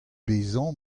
bezañ